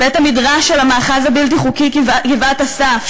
בית-המדרש של המאחז הבלתי-חוקי גבעת-אסף,